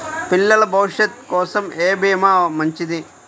పిల్లల భవిష్యత్ కోసం ఏ భీమా మంచిది?